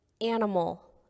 animal